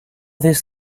this